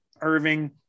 Irving